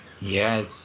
Yes